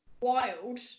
wild